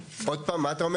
עוד פעם, מה אתה אומר?